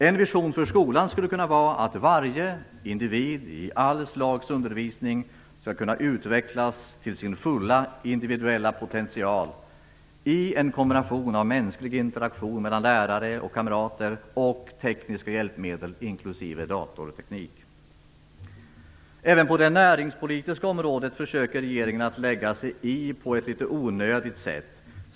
En vision för skolan skulle kunna vara att varje individ i all slags undervisning skall kunna utvecklas till sin fulla individuella potential genom en kombination av mänsklig interaktion mellan lärare och kamrater och tekniska hjälpmedel, inklusive datorteknik. Även på det näringspolitiska området försöker regeringen lägga sig i på ett litet onödigt sätt.